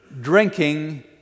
drinking